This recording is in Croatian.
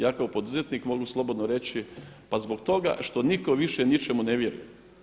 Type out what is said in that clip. Ja kao poduzetnik mogu slobodno reći pa zbog toga što nitko više ničemu ne vjeruje.